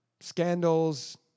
scandals